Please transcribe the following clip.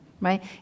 right